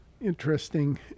Interesting